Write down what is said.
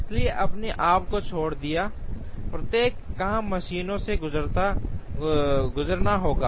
इसलिए अपने आप को छोड़ दिया प्रत्येक काम मशीनों से गुजरना होगा